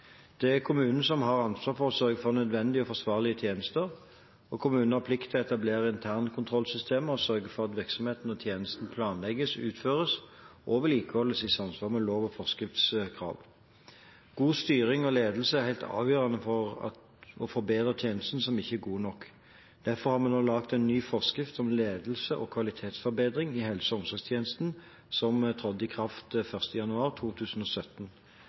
Det er kommunen som har ansvar for å sørge for nødvendige og forsvarlige tjenester. Kommunene har plikt til å etablere internkontrollsystemer og sørge for at virksomheten og tjenesten planlegges, utføres og vedlikeholdes i samsvar med lov- og forskriftskrav. God styring og ledelse er helt avgjørende for å forbedre tjenester som ikke er gode nok. Derfor har vi nå laget en ny forskrift om ledelse og kvalitetsforbedring i helse- og omsorgstjenesten, som trådte i kraft 1. januar 2017.